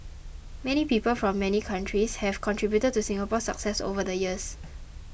many people from many countries have contributed to Singapore's success over the years